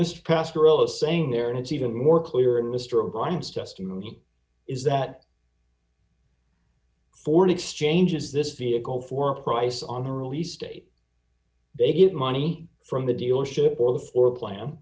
mr pastoral is saying there and it's even more clear and mr bond's testimony is that foreign exchange is this vehicle for a price on a release date they get money from the dealership or the floor plan